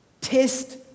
test